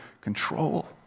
control